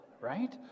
right